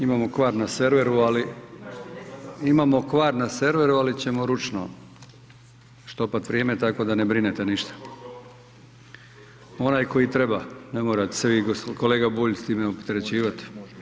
Imamo kvar na serveru, ali, imamo kvar na serveru ali ćemo ručno štopat vrijeme tako da ne brinete ništa, onaj koji treba, ne morate se vi kolega Bulj s time opterećivat.